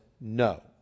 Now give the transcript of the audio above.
No